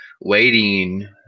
waiting